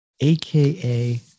aka